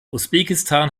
usbekistan